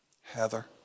Heather